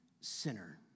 Sinner